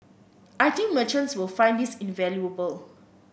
I think merchants will find this invaluable